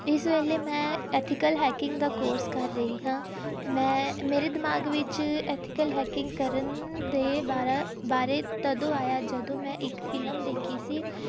ਇਸ ਵੇਲੇ ਮੈਂ ਐਥੀਕਲ ਹੈਕਿੰਗ ਦਾ ਕੋਰਸ ਕਰ ਰਹੀ ਹਾਂ ਮੈਂ ਮੇਰੇ ਦਿਮਾਗ ਵਿੱਚ ਐਥੀਕਲ ਹੈਕਿੰਗ ਕਰਨ ਦੇ ਬਾਰਾ ਬਾਰੇ ਤਦੋਂ ਆਇਆ ਜਦੋਂ ਮੈਂ ਇੱਕ ਫਿਲਮ ਦੇਖੀ ਸੀ